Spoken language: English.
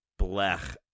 blech